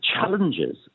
challenges